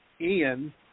Ian